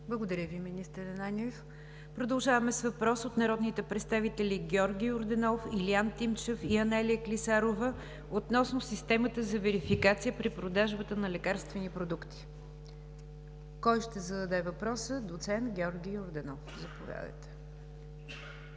Благодаря Ви, министър Ананиев. Продължаваме с въпрос от народните представители Георги Йорданов, Илиян Тимчев и Анелия Клисарова относно системата за верификация при продажбата на лекарствени продукти. Доцент Георги Йорданов, заповядайте.